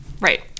Right